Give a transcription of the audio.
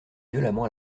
violemment